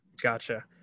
gotcha